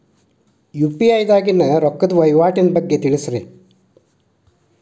UPI ದಾಗಿನ ರೊಕ್ಕದ ವಹಿವಾಟಿನ ಬಗ್ಗೆ ತಿಳಸ್ರಿ